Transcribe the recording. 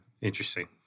Interesting